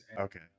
Okay